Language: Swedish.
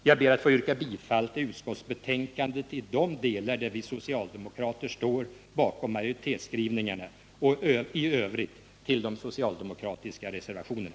Jag ber att få yrka bifall till utskottsbetänkandet i de delar där vi socialdemokrater står bakom majoritetsskrivningarna och i övrigt till de socialdemokratiska reservationerna.